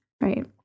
Right